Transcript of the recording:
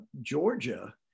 Georgia